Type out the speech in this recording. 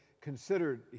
considered